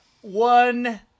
one